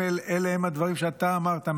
אלה הם הדברים שאתה אמרת,